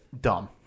dumb